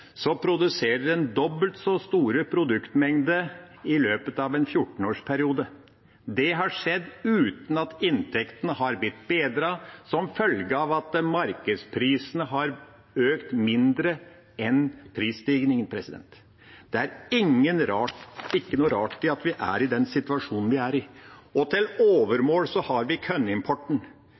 produserer en dobbelt så stor produktmengde i løpet av en 14-årsperiode. Det har skjedd uten at inntektene har blitt bedret som følge av at markedsprisene har økt mindre enn prisstigningen. Det er ikke noe rart at vi er i den situasjonen vi er i. Til overmål har vi